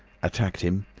attacked him,